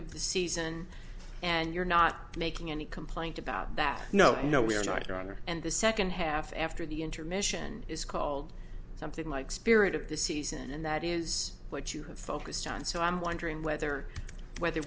of the season and you're not making any complaint about that no no we're not your honor and the second half after the intermission is called something like spirit of the season and that is what you have focused on so i'm wondering whether whether